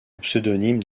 pseudonyme